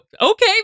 okay